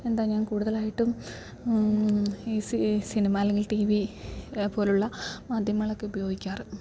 എന്താ ഞാൻ കൂടുതലായിട്ടും ഈ സിനിമ അല്ലെങ്കിൽ ടി വി പോലെയുള്ള മാധ്യമങ്ങളൊക്കെ ഉപയോഗിക്കാറ്